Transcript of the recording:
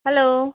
hello